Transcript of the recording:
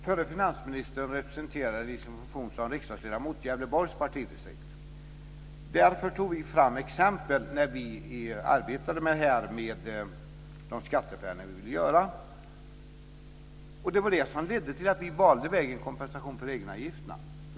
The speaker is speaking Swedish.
Fru talman! Den förre finansministern representerade i sin funktion som riksdagsledamot Gävleborgs partidistrikt. Därför tog vi fram exempel därifrån när vi arbetade med de skatteförändringar vi ville göra. Det var det som ledde till att vi valde vägen med kompensation för egenavgifterna.